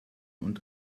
und